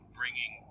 bringing